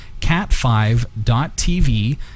cat5.tv